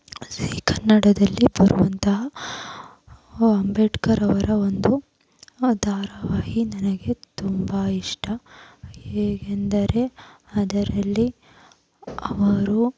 G ಕನ್ನಡದಲ್ಲಿ ಬರುವಂತಹ ಅಂಬೇಡ್ಕರವರ ಒಂದು ಧಾರಾವಾಹಿ ನನಗೆ ತುಂಬ ಇಷ್ಟ ಹೇಗೆಂದರೆ ಅದರಲ್ಲಿ ಅವರು